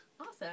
Awesome